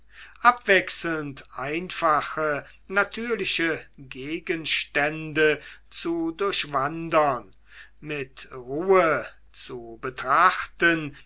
abwechselnd einfache natürliche gegenstände zu durchwandern mit ruhe zu betrachten